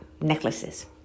necklaces